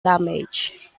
damage